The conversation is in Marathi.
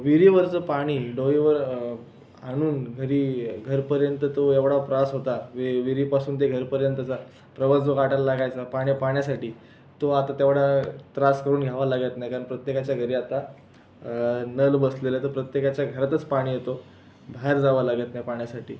विहिरीवरचं पाणी डोईवर आणून घरी घरापर्यंत तो एवढा त्रास होता वि विहिरीपासून ते घरापर्यंतचा प्रवास जो काटायला लागायचा पाण्या पाण्यासाठी तो आता तेवढा त्रास करून घ्यावा लागत नाही कारण प्रत्येकाच्या घरी आता नळ बसलेलं आहे तर प्रत्येकाच्या घरातच पाणी येतो बाहेर जावा लागत नाही पाण्यासाठी